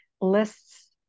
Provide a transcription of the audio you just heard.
lists